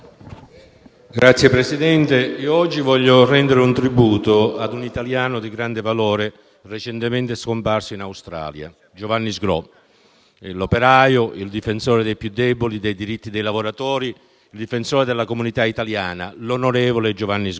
Signor Presidente, oggi desidero rendere un tributo ad un italiano di grande valore recentemente scomparso in Australia, Giovanni Sgró, l'operaio, il difensore dei più deboli, dei diritti dei lavoratori, della comunità italiana, l'onorevole Giovanni Sgró.